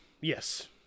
yes